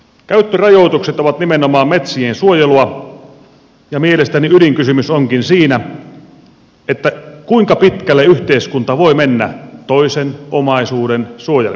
käyttörajoitukset ovat nimenomaan metsien suojelua ja mielestäni ydinkysymys onkin siinä kuinka pitkälle yhteiskunta voi mennä toisen omaisuuden suojelemisessa